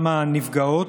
גם הנפגעות.